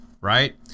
Right